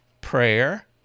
prayer